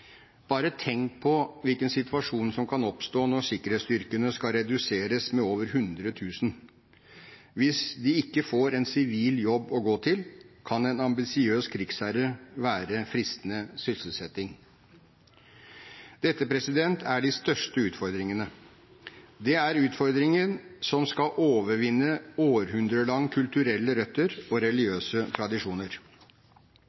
Bare tenk på hvilken situasjon som kan oppstå når sikkerhetsstyrkene skal reduseres med over 100 000. Hvis de ikke får en sivil jobb å gå til, kan en ambisiøs krigsherre være fristende sysselsetting. Dette er de største utfordringene. Det er utfordringene som skal overvinne århundrelange kulturelle røtter og